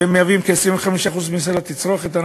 שמהווים כ-25% מסל התצרוכת,